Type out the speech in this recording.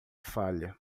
falha